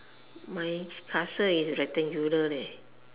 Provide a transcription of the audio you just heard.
my castle is rectangular leh